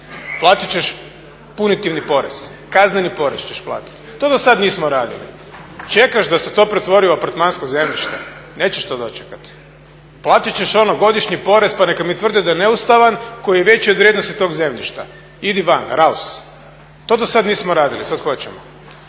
Platit ćeš punitivni porez, kazneni porez ćeš platiti. To do sad nismo radili. Čekaš da se to pretvori u apartmansko zemljište, nećeš to dočekati. Platit ćeš ono godišnji porez, pa neka mi tvrde da je neustavan koji je veći od vrijednosti tog zemljišta. Idi van, raus! To do sad nismo radili, sad hoćemo.